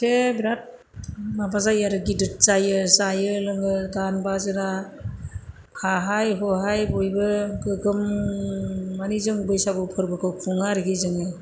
बे बिराथ माबा जायो आरो गिदिर जायो जायो लोङो गान बाजोरा खाहाय खहाय बयबो गोगोम मानि जों बैसागु फोरबोखौ खुङो आरोखि जोङो